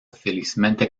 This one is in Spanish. felizmente